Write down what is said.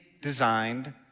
designed